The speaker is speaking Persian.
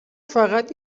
فقط